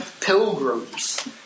pilgrims